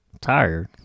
tired